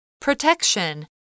Protection